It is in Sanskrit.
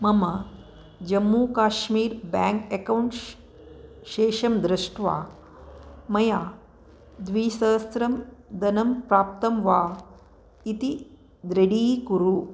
मम जम्मू काश्मीर् बेङ्क् एक्कौण्ट् शेषं दृष्ट्वा मया द्विसहस्रं धनं प्राप्तं वा इति दृढीकुरु